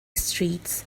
streets